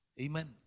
Amen